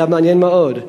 והיה מעניין מאוד.